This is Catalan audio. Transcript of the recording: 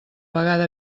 vegada